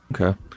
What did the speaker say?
Okay